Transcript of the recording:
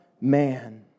Man